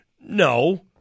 No